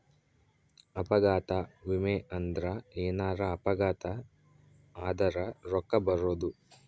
ಅಪಘಾತ ವಿಮೆ ಅಂದ್ರ ಎನಾರ ಅಪಘಾತ ಆದರ ರೂಕ್ಕ ಬರೋದು